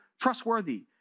trustworthy